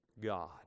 God